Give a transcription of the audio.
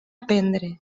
aprendre